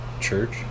church